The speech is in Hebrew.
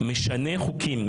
משנה חוקים,